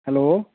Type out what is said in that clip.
hello